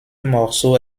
morceau